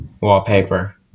wallpaper